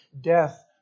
death